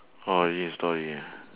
oh origin story ah